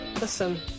Listen